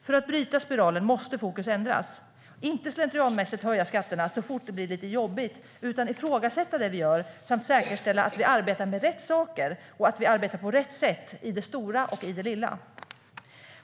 För att bryta spiralen måste fokus ändras, det vill säga inte slentrianmässigt höja skatterna så fort det blir lite jobbigt utan ifrågasätta det vi gör samt säkerställa att vi arbetar med rätt saker och på rätt sätt i det stora och i det lilla.